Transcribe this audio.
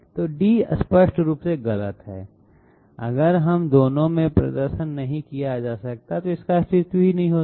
तो d स्पष्ट रूप से गलत है अगर यह दोनों में प्रदर्शन नहीं किया जा सकता है तो इसका अस्तित्व नहीं होता